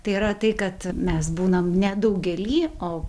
tai yra tai kad mes būnam ne daugely o